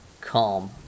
calm